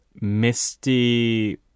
misty